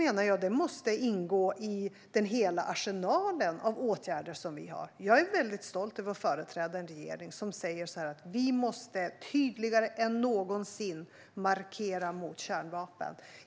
Konventionen måste ingå i hela arsenalen av åtgärder. Jag är stolt över att företräda en regering som säger att vi tydligare än någonsin måste markera mot kärnvapen.